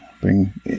bring